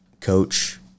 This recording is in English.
coach